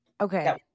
Okay